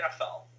NFL